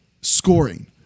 scoring